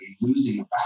losing